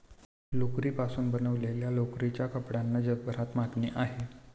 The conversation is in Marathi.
लोकरीपासून बनवलेल्या लोकरीच्या कपड्यांना जगभरात मागणी आहे